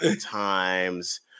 times